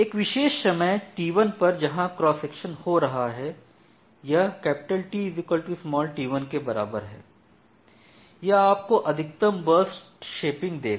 एक विशेष समय t1 पर जहाँ क्रॉस सेक्शन हो रहा है यह T t1 के बराबर है यह आपको अधिकतम बर्स्ट शेपिंग देगा